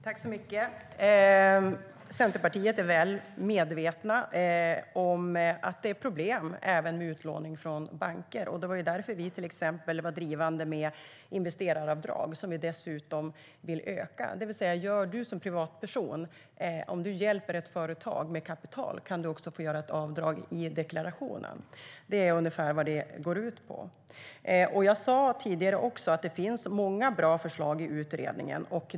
Herr talman! Vi i Centerpartiet är väl medvetna om att det är problem även med utlåning från banker. Det var därför som vi drev detta med investeraravdrag, som vi dessutom vill utöka, det vill säga att om du som privatperson hjälper ett företag med kapital kan du också få göra ett avdrag för det i deklarationen. Det är ungefär vad det gå ut på. Jag sa tidigare också att det finns många bra förslag i utredningen.